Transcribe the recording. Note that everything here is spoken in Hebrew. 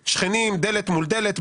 דלת מול דלת,